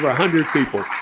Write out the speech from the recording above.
ah hundred people.